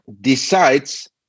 decides